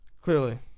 Clearly